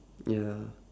yeah